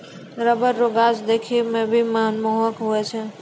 rubber रो गाछ देखै मे भी मनमोहक हुवै छै